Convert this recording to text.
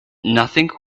nothing